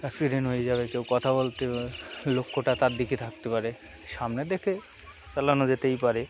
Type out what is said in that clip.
accident হয়ে যাবে কেউ কথা বলতে লক্ষ্যটা তার দিকে থাকতে পারে সামনে দেখে চালানো যেতেই পারে